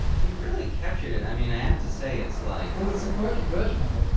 you've really captured it. i mean, i have to say it's like well, it's a quirky version of it. you know